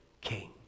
king